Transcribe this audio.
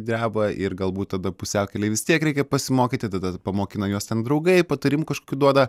dreba ir galbūt tada pusiaukelėj vis tiek reikia pasimokyti tada pamokina juos ten draugai patarimų kažkokių duoda